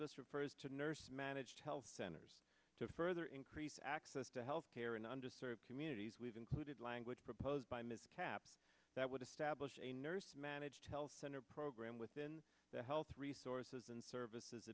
us refers to nurse managed health centers to further increase access to health care in under served communities we've included language proposed by ms taps that would establish a nurse managed health center program within the health resources and services